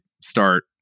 start